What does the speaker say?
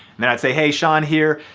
then i'd say, hey, sean here,